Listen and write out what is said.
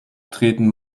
treten